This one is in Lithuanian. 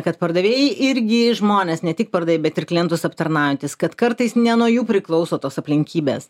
kad pardavėjai irgi žmonės ne tik pardavėjai bet ir klientus aptarnaujantys kad kartais ne nuo jų priklauso tos aplinkybės